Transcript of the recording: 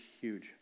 huge